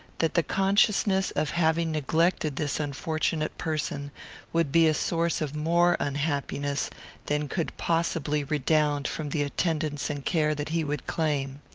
that the consciousness of having neglected this unfortunate person would be a source of more unhappiness than could possibly redound from the attendance and care that he would claim.